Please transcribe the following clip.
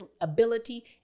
ability